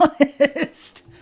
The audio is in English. honest